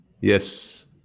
Yes